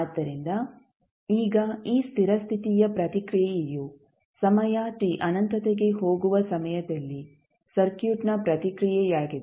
ಆದ್ದರಿಂದ ಈಗ ಈ ಸ್ಥಿರ ಸ್ಥಿತಿಯ ಪ್ರತಿಕ್ರಿಯೆಯು ಸಮಯ t ಅನಂತತೆಗೆ ಹೋಗುವ ಸಮಯದಲ್ಲಿ ಸರ್ಕ್ಯೂಟ್ ನ ಪ್ರತಿಕ್ರಿಯೆಯಾಗಿದೆ